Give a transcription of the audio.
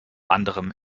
anderem